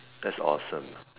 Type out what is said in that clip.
that's awesome